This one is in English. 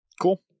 cool